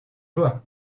joie